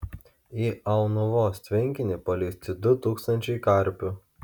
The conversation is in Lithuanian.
į aunuvos tvenkinį paleisti du tūkstančiai karpių